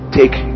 take